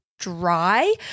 dry